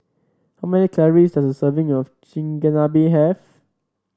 how many calories does a serving of Chigenabe have